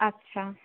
আচ্ছা